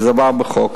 כי זה עבר בחוק.